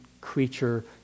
creature